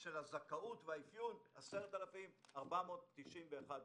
של הזכאות והאפיון 10,491 ילדים.